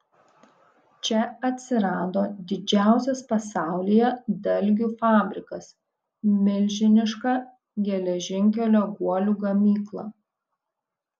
čia atsirado didžiausias pasaulyje dalgių fabrikas milžiniška geležinkelio guolių gamykla